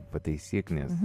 pataisyk nes